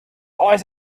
always